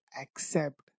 accept